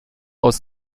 aus